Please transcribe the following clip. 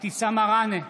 אבתיסאם מראענה,